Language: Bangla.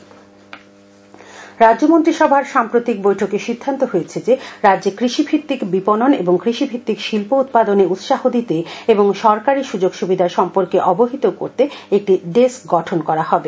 বতন নাথ রাজ্য মন্ত্রিসভার সাম্প্রতিক বৈঠকে সিদ্ধান্ত হয়েছে যে রাজ্যে কৃষিভিত্তিক বিপণন ও কৃষিভিত্তিক শিল্প উৎপাদনে উৎসাহ দিতে এবং সরকারী সুযোগ সুবিধার সম্পর্কে অবহিত করতে একটি ডেস্ক গঠন করা হবে